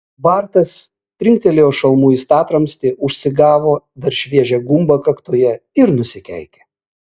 bartas trinktelėjo šalmu į statramstį užsigavo dar šviežią gumbą kaktoje ir nusikeikė